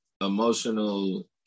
emotional